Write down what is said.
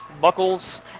Buckles